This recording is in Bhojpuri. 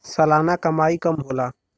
सलाना कमाई कम होला